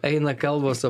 eina kalbos ap